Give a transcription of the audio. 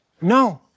No